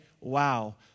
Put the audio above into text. wow